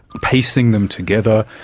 piecing them together.